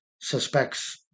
suspects